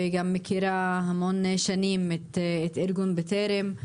וגם מכירה המון שנים את ארגון בטרם.